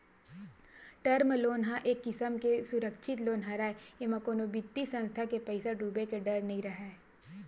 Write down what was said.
term loan ह एक किसम के सुरक्छित लोन हरय एमा कोनो बित्तीय संस्था के पइसा डूबे के डर नइ राहय